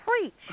preach